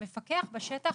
המפקח בשטח